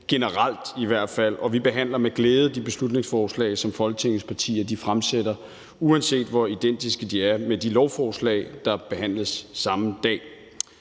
generelt må vænne os til, og vi behandler med glæde de beslutningsforslag, som Folketingets partier fremsætter, uanset hvor identiske de er med de lovforslag, der behandles den samme dag,